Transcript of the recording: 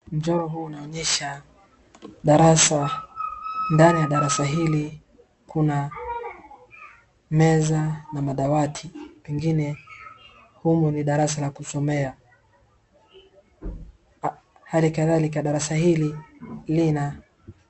Mchoro huu unaonyesha darasa ndani ya darasa hili kuna meza na madawati pengine humu ni darasa la kusomea hali kadhalika darasa hili lina.